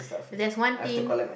there's one thing